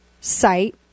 site